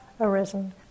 arisen